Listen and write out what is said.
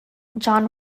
john